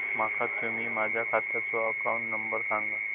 माका तुम्ही माझ्या खात्याचो अकाउंट नंबर सांगा?